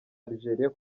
algeria